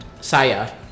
Saya